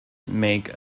make